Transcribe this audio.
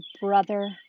brother